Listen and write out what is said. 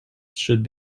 should